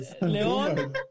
León